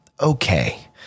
Okay